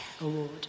award